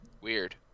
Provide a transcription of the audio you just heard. Weird